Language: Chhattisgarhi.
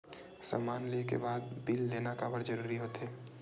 समान ले के बाद बिल लेना काबर जरूरी होथे?